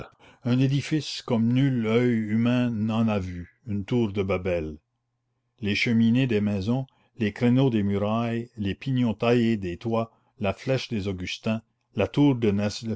un édifice comme nul oeil humain n'en a vu une tour de babel les cheminées des maisons les créneaux des murailles les pignons taillés des toits la flèche des augustins la tour de